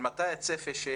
מה הצפי?